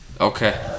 Okay